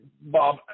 Bob